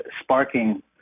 sparking